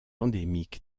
endémique